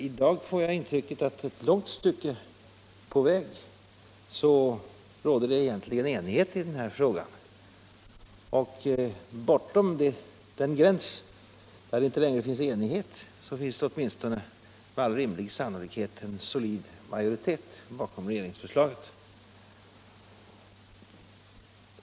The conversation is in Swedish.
I dag får jag intrycket att det ett långt stycke på väg råder enighet i denna fråga, och bortom den gräns där det inte längre föreligger enighet finns det åtminstone med all sannolikhet en solid majoritet för regeringsförslaget.